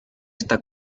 està